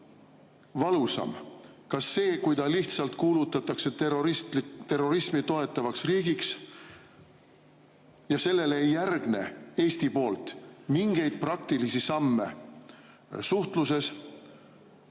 valusam – kas see, kui ta lihtsalt kuulutatakse terrorismi toetavaks riigiks ja sellele ei järgne Eesti poolt mingeid praktilisi samme suhtluses,